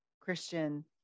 Christian